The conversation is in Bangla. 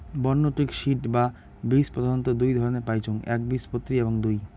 বন্য তুক সিড বা বীজ প্রধানত দুই ধরণের পাইচুঙ একবীজপত্রী এবং দুই